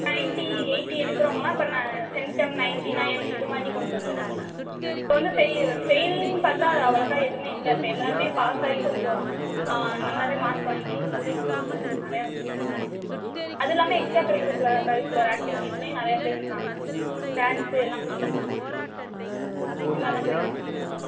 ninety eighty எடுக்கிறவங்கள்லாம் இப்போ ந சென்டம் நைன்ட்டி நைன் இது மாதிரி கொண்டுட்டு வந்துவிட்டாங்க இப்போ வந்து ஃபெயி பெயிலுன்னு பார்த்தா அது அவ்வளோவுக்கா எதுவும் இல்லை இப்போ எல்லோருமே பாஸ் ஆகி கொஞ்சம் நல்லாவே மார்க் வாங்கி இன்னும் கொஞ்சம் இது நிறையா வந்துக்கிட்டு இருக்காங்க அது இல்லாமல் எக்ஸ்ட்ரா கரிக்குலர் கரிக்குலர் ஆக்டிவிட்டிஸ்லேயும் நிறையா பேர் இருக்காங்க டான்ஸு எல்லாம் கொடுத்துருக்காங்க இந்த மாதிரி தான் போய்க்கிட்டு இருக்குது மேம்